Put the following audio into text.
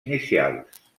inicials